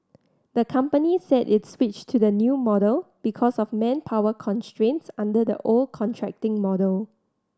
the company said it switched to the new model because of manpower constraints under the old contracting model